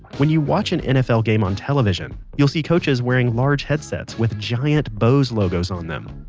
when you watch an nfl game on television, you'll see coaches wearing large headsets with giant bose logos on them.